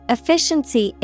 Efficiency